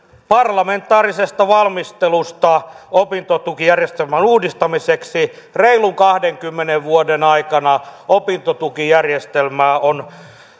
parlamentaarisesta valmistelusta opintotukijärjestelmän uudistamiseksi reilun kahdenkymmenen vuoden aikana opintotukijärjestelmää on